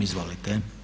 Izvolite.